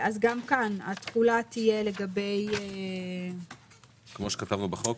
אז גם כאן התחולה תהיה לגבי --- כמו שכתבנו בחוק?